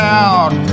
out